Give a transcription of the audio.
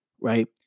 right